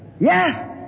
Yes